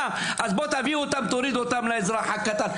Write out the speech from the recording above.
אז בוא תביא אותם תוריד אותם לאזרח הקטן.